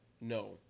no